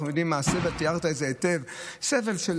אנחנו יודעים מה הסדר, תיארת את זה היטב, סבל של